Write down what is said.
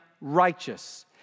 righteous